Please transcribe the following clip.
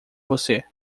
você